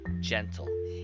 gentle